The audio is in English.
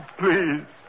please